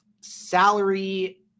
salary